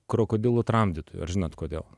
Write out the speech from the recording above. krokodilų tramdytojų ar žinot kodėl